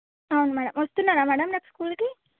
అవును మ్యాడం వస్తున్నరా మ్యాడం రేపు స్కూల్కి